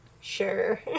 sure